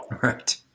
Right